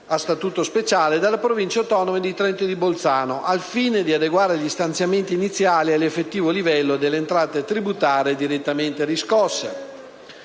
a statuto speciale e alle Province autonome di Trento e Bolzano, al fine di adeguare gli stanziamenti iniziali all'effettivo livello delle entrate tributarie direttamente riscosse.